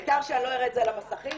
העיקר שאני לא אראה את זה על המסכים,